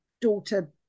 daughter